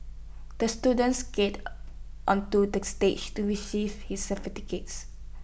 the student skated onto the stage to receive his certificate